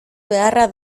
beharra